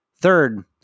Third